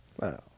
Wow